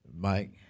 Mike